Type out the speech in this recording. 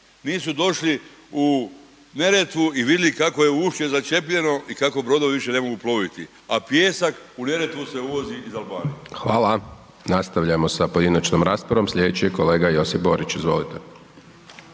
nisu došli u Neretvu i vidli kakvo je ušće začepljeno i kako brodovi više ne mogu ploviti, a pijesak u Neretvu se uvozi iz Albanije. **Hajdaš Dončić, Siniša (SDP)** Hvala. Nastavljamo sa pojedinačnom raspravom, slijedeći je kolega Josip Borić. Izvolite.